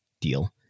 deal